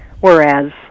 whereas